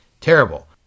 terrible